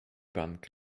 bank